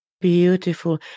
Beautiful